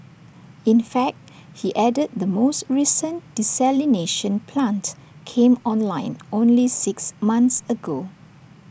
in fact he added the most recent desalination plant came online only six months ago